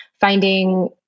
finding